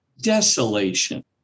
desolation